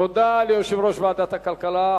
תודה ליושב-ראש ועדת הכלכלה,